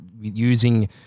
using